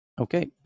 Okay